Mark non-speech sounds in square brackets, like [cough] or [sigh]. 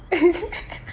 [laughs]